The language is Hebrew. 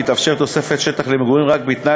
תתאפשר תוספת שטח למגורים רק בתנאי